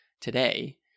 today